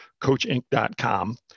coachinc.com